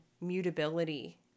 mutability